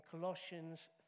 Colossians